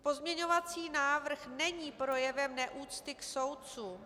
Pozměňovací návrh není projevem neúcty k soudcům.